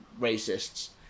Racists